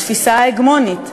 התפיסה ההגמונית.